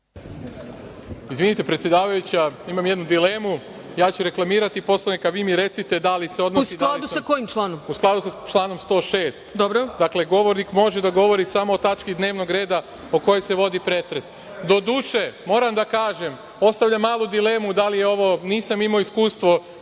Izvinite, predsedavajuća, imam jednu dilemu, ja ću reklamirati Poslovnik, a vi mi recite da li se odnosi… **Ana Brnabić** U skladu sa kojim članom? **Radomir Lazović** U skladu sa članom 106. Dakle, govornik može da govori samo o tački dnevnog reda o kojoj se vodi pretres. Doduše, moram da kažem, ostavljam malu dilemu, da li je ovo, nisam imao iskustvo